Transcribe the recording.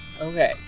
Okay